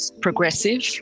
progressive